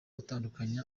utandukanye